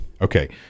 Okay